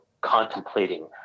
contemplating